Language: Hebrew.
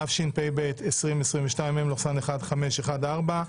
התשפ"ב-2022 (מ/1514).